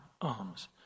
arms